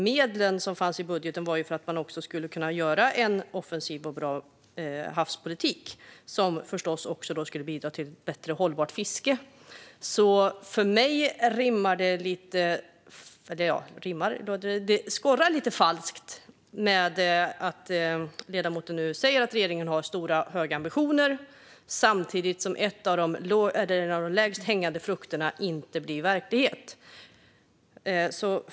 Medlen som fanns i budgeten var ju också till för att man skulle kunna göra en offensiv och bra havspolitik, som förstås också skulle bidra till bättre hållbart fiske. För mig skorrar det falskt när ledamoten nu säger att regeringen har höga ambitioner samtidigt som en av de lägst hängande frukterna inte blir verklighet.